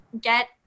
get